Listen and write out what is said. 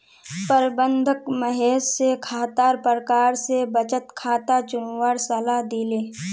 प्रबंधक महेश स खातार प्रकार स बचत खाता चुनवार सलाह दिले